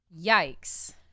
Yikes